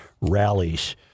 rallies